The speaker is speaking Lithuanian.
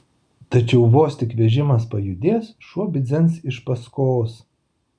tačiau vos tik vežimas pajudės šuo bidzens iš paskos